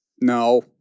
No